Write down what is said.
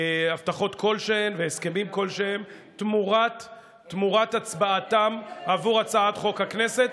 הבטחות כלשהן והסכמים כלשהם תמורת הצבעתם עבור הצעת חוק הכנסת?